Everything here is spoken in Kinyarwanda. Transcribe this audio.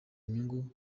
nyungu